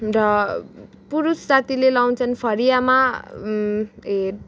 र पुरुष जातिले लाउँछन् फरियामा ए